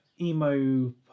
emo